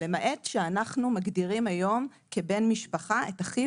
למעט שאנחנו מגדירים היום כבן משפחה את אחיו